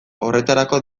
horretarako